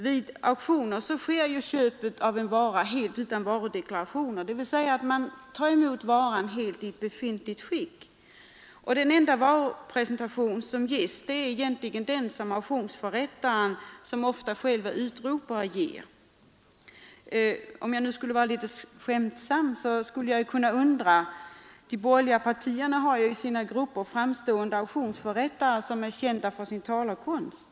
Vid auktioner sker köpet av varan helt utan varudeklaration; man tar alltså emot varan i s.k. befintligt skick. Den enda varupresentationen lämnas av auktionsförrättaren, som oftast själv är utropare. De borgerliga partierna har i sina grupper framstående auktionsförrättare som är kända för sin talekonst.